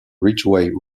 ridgeway